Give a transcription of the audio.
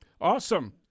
Awesome